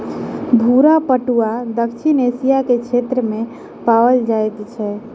भूरा पटुआ दक्षिण एशिया के क्षेत्र में पाओल जाइत अछि